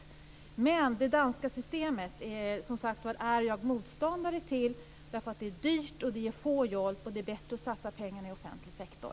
Men det danska systemet är jag motståndare till eftersom det är dyrt och ger få jobb. Det är bättre att satsa pengarna i offentlig sektor.